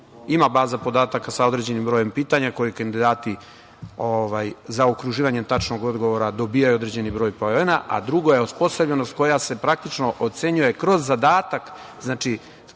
Ima baza podataka sa određenim brojem pitanja koje kandidati, zaokruživanjem tačnog odgovora, dobijaju određeni broj poena, a drugo je osposobljenost koja se praktično ocenjuje kroz zadatak, znači